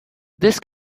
this